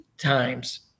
times